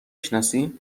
شناسی